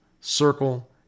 circle